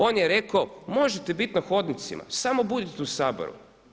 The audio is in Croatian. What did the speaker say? On je rekao možete biti na hodnicima, samo budite u Saboru.